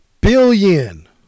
Billion